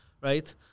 Right